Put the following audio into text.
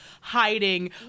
hiding